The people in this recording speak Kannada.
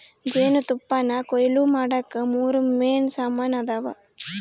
ಜೇನುತುಪ್ಪಾನಕೊಯ್ಲು ಮಾಡಾಕ ಮೂರು ಮೇನ್ ಸಾಮಾನ್ ಅದಾವ